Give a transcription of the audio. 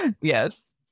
Yes